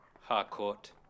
Harcourt